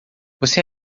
você